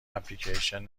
اپلیکیشن